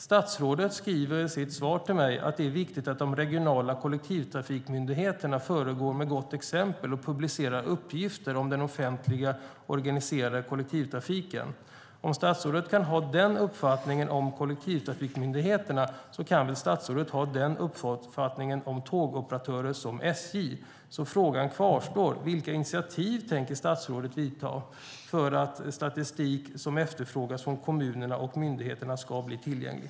Statsrådet skriver i sitt svar till mig att det är viktigt att de regionala kollektivtrafikmyndigheterna föregår med gott exempel och publicerar uppgifter om den offentligt organiserade kollektivtrafiken. Om statsrådet kan ha den uppfattningen om kollektivtrafikmyndigheterna kan hon väl ha den uppfattningen även om tågoperatörer som SJ? Frågan kvarstår. Vilka initiativ tänker statsrådet ta för att statistik som efterfrågas från kommunerna och myndigheterna ska bli tillgänglig?